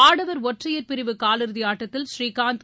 ஆடவர் ஒற்றையர் பிரிவு காலிறுதி ஆட்டத்தில் ஸ்ரீகாந்த்